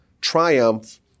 triumph